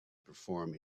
perform